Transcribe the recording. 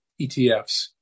ETFs